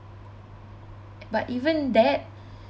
but even that